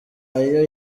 ayo